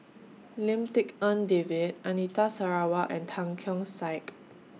Lim Tik En David Anita Sarawak and Tan Keong Saik